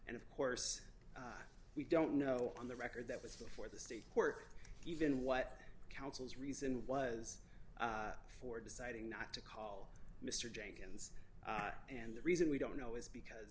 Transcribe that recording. and of course we don't know on the record that was before the state court even what counsel's reason was for deciding not to call mr jenkins and the reason we don't know is because